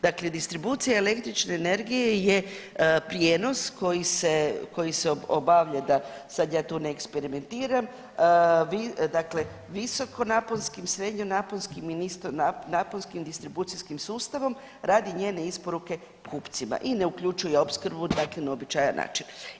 Dakle, distribucija električne energije je prijenos koji se, koji se obavlja da sad ja tu ne eksperimentiram, vi dakle visokonaponskim, srednje naponskim i niskonaponskim distribucijskim sustavom radi njene isporuke kupcima i ne uključuje opskrbu na uobičajen način.